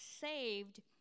saved